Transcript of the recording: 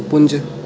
पुं'ञ